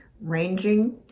ranging